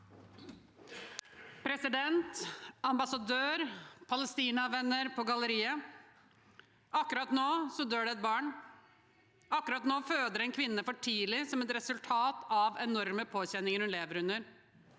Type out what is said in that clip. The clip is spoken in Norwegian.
President, ambas- sadør, palestinavenner på galleriet: Akkurat nå dør det et barn. Akkurat nå føder en kvinne for tidlig som et resultat av de enorme påkjenningene hun lever under.